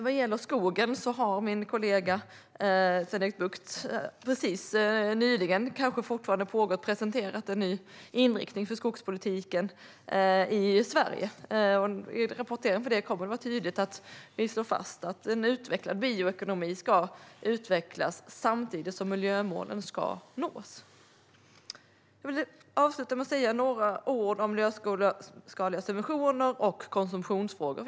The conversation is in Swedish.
Vad gäller skogen har min kollega, Sven-Erik Bucht, precis presenterat en ny inriktning för skogspolitiken i Sverige - kanske pågår presentationen fortfarande. Det kommer att bli tydligt att vi slår fast att en utvecklad bioekonomi ska utvecklas samtidigt som miljömålen ska nås. Jag vill avsluta med att säga några ord om miljöskadliga subventioner och konsumtionsfrågor.